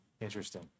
Interesting